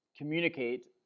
communicate